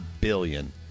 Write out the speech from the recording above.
billion